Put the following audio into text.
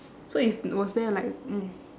so it's was there like mm